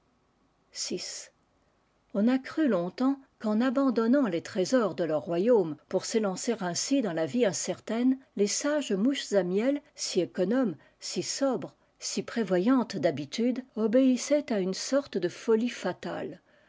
on a cru longtemps qu'en abandoinant u trésors de leur royaume pour s'élancer ain dans la vie incertaine les sages mouches da miel si économes si sobres si prévoyantes d'habitude obéissaient à une sorte de folie fatale